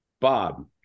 Bob